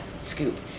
scoop